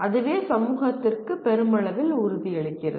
அதுவே சமூகத்திற்கு பெருமளவில் உறுதியளிக்கிறது